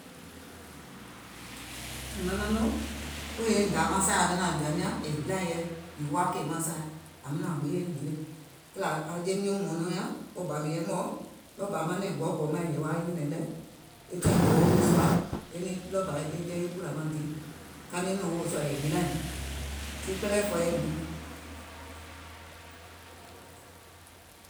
Mìŋ manaŋ nɔŋ yȧwi nȧȧŋ jɔ̀ȧim nyàŋ eiŋ dàà masȧi, è hilàìŋ yɛi, mìŋ woà kèì masài, yàwiiŋ gbiŋ eiŋ hile, Kìlà aŋ jeim nyuùŋ mɔ̀ɔ̀nɔŋ nyàŋ, wo bà ngèè yɛmɛ̀o, taìŋ bà maŋ nɛ̀ŋ gɔugɔ̀ù maŋ è he wa nyɛ̀nɛ̀ŋ lɛ e tàìŋ bɔwɔ wi sùà, è niŋ ɗɔɔ bȧ e jɛi e ɓùlà maŋ di, ka niŋ wòo sùà è hilȧìŋ, tii kplɛɛ fɔɔyɛ̀ìm jii.